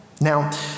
Now